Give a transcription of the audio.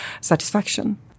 satisfaction